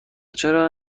چرا